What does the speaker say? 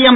M